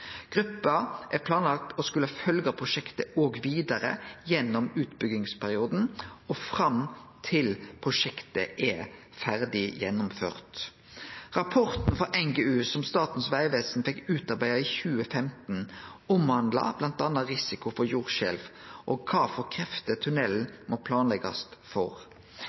er planlagt å skulle følgje prosjektet òg vidare gjennom utbyggingsperioden og fram til prosjektet er ferdig gjennomført. Rapporten frå NGU som Statens vegvesen fekk utarbeidd i 2015, omhandla bl.a. risiko for jordskjelv og kva krefter tunnelen må planleggjast for.